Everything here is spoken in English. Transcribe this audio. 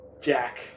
Jack